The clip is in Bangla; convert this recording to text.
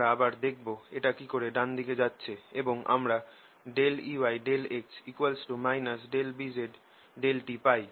আমরা আবার দেখবো এটা কিকরে ডান দিকে যাচ্ছে এবং আমরা Eyx Bz∂t পাই